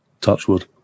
touchwood